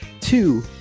two